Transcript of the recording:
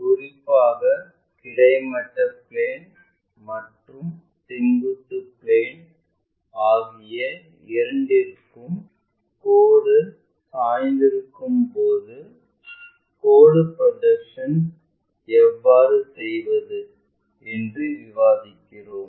குறிப்பாக கிடைமட்ட பிளேன் மற்றும் செங்குத்து பிளேன் ஆகிய இரண்டிற்கும் கோடு சாய்ந்திருக்கும்போது கோடு ப்ரொஜெக்ஷன்ல் எவ்வாறு செய்வது என்று விவாதிக்கிறோம்